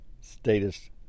status